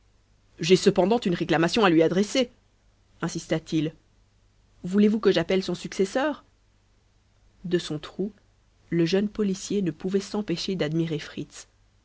j'ai cependant une réclamation à lui adresser insista t il voulez-vous que j'appelle son successeur de son trou le jeune policier ne pouvait s'empêcher d'admirer fritz